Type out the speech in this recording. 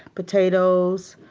potatoes,